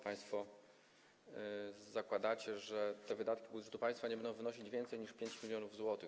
Państwo zakładacie, że wydatki budżetu państwa nie będą wynosić więcej niż 5 mln zł.